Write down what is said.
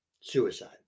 suicide